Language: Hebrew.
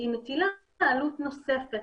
מטילה עלות נוספת